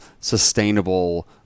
sustainable